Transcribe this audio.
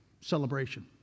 celebration